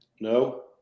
No